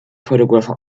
photographs